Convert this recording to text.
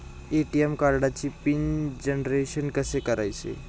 ATM कार्डचे PIN generation कसे करायचे?